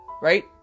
right